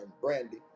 Brandy